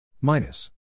Minus